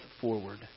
forward